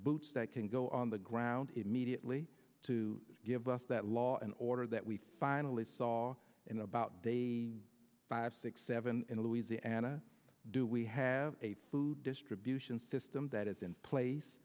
boots that can go on the ground immediately to give us that law and order that we finally saw in about they five six seven in louisiana do we have a food distribution system that is in place